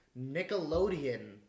Nickelodeon